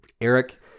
Eric